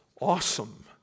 awesome